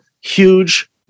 huge